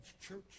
church